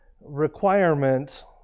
requirement